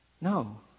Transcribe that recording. no